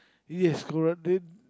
yes correct then